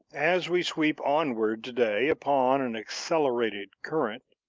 as we sweep onward to-day, upon an accelerated current,